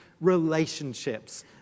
relationships